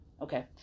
Okay